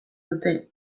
dute